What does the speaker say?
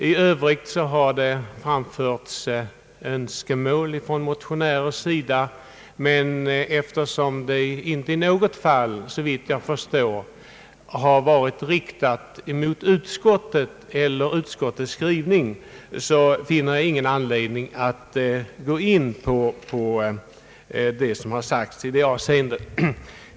I övrigt har framförts önskemål från motionärers sida, men eftersom dessa önskemål inte i något fall tycks ha varit riktade mot utskottet eller utskottets skrivning, finner jag ingen anledning att gå in på vad som sagts i det avseendet.